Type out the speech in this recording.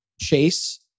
Chase